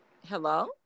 Hello